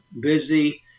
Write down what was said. busy